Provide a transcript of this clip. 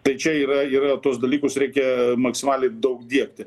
tai čia yra yra tuos dalykus reikia maksimaliai daug diegti